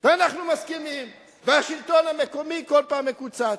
ואנחנו מסכימים, והשלטון המקומי כל פעם מקוצץ.